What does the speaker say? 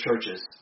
churches